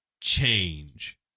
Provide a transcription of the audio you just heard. change